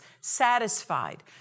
satisfied